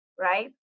Right